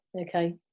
Okay